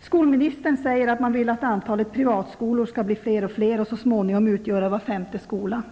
Skolministern säger att man vill att antalet privatskolor skall bli fler och fler och så småningom utgöra var femte skola.